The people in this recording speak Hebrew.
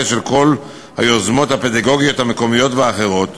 של כל היוזמות הפדגוגיות המקומיות והאחרות,